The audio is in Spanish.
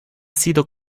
sido